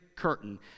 curtain